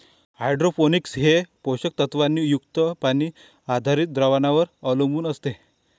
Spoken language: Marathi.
हायड्रोपोनिक्स हे पोषक तत्वांनी युक्त पाणी आधारित द्रावणांवर अवलंबून असते